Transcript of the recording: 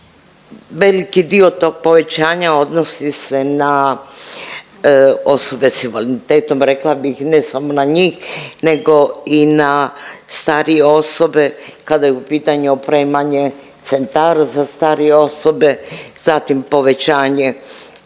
Veliki dio tog povećanja odnosi se na osobe s invaliditetom, rekla bih ne samo na njih nego i na starije osobe kada je u pitanju opremanje centara za starije osobe, zatim povećanje